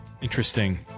Interesting